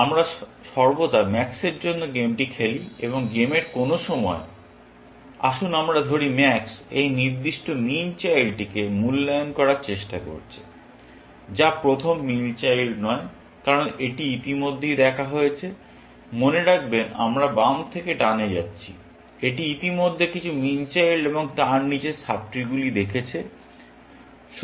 আমরা সর্বদা ম্যাক্সের জন্য গেমটি খেলি এবং গেমের কোনো সময়ে আসুন আমরা ধরি ম্যাক্স এই নির্দিষ্ট মিন চাইল্ডটিকে মূল্যায়ন করার চেষ্টা করছে যা প্রথম মিন চাইল্ড নয় কারণ এটি ইতিমধ্যেই দেখা হয়েছে মনে রাখবেন আমরা বাম থেকে ডানে যাচ্ছি এটি ইতিমধ্যে কিছু মিন চাইল্ড এবং তার নীচের সাব ট্রি গুলি দেখেছে